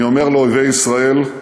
אני אומר לאויבי ישראל: